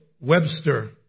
Webster